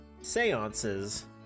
seances